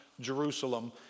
Jerusalem